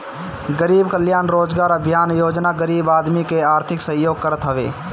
गरीब कल्याण रोजगार अभियान योजना गरीब आदमी के आर्थिक सहयोग करत हवे